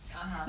(uh huh)